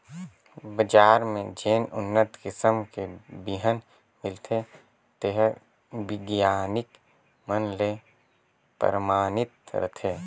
बजार में जेन उन्नत किसम के बिहन मिलथे तेहर बिग्यानिक मन ले परमानित रथे